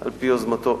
על-פי יוזמתו,